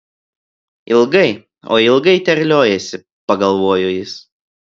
ilgai oi ilgai terliojasi pagalvojo jis